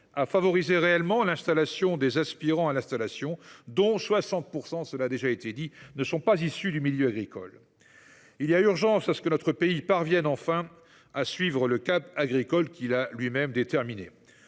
à favoriser réellement les aspirants à l’installation, dont 60 % ne sont pas issus du milieu agricole. Il y a urgence à ce que notre pays parvienne enfin à suivre le cap agricole qu’il a lui même fixé.